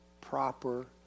proper